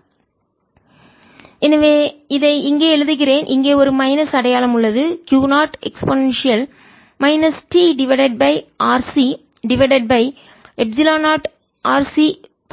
ds B2πs 00Q0e tRC0RCπa2×πs2 B 0Q0e tRC πs22πRC πa2s Bdis 0Q0e tRC s2πRC a2 எனவே இதை இங்கே எழுதுகிறேன் இங்கே ஒரு மைனஸ் அடையாளம் உள்ளது Q 0 e minus t divided by RC divided by epsilon 0 RC